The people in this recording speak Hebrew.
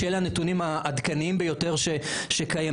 שאלה הנתונים העדכניים ביותר שקיימים,